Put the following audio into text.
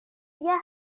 نگهدار